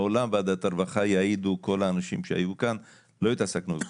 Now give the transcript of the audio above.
מעולם ועדת הרווחה יעידו כל האנשים שהיו כאן לא התעסקנו בפוליטיקה.